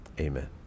amen